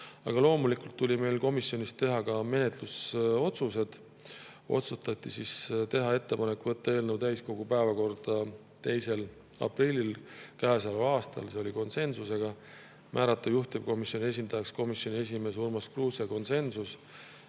Loomulikult tuli meil komisjonis teha ka menetlusotsused. Otsustati teha ettepanek võtta eelnõu täiskogu päevakorda 2. aprillil sellel aastal – see oli konsensusega –, määrata juhtivkomisjoni esindajaks komisjoni esimees Urmas Kruuse – ka konsensus